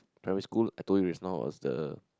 primary school I told you just now was the